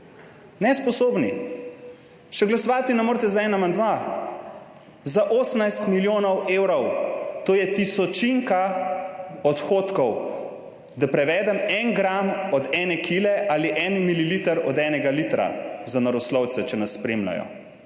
nesposobni. Še glasovati ne morete za en amandma za 18 milijonov evrov. To je tisočinka odhodkov, da prevedem, en gram od ene kile ali en mililiter od enega litra za naravoslovce, če nas spremljajo,